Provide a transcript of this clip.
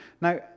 Now